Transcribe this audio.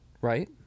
Right